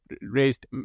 raised